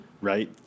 Right